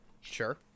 Sure